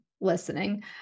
listening